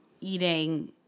eating